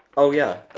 oh yeah,